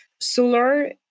solar